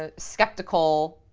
ah skeptical,